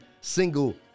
single